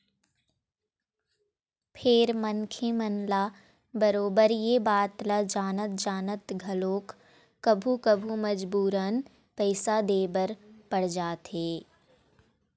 फेर मनखे मन ह बरोबर ये बात ल जानत जानत घलोक कभू कभू मजबूरन पइसा दे बर पड़ जाथे